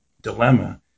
dilemma